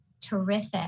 terrific